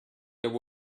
there